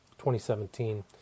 2017